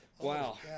Wow